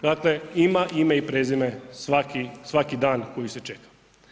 Dakle, ima ime i prezime svaki dan koji se čeka.